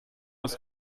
das